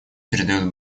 придает